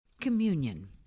Communion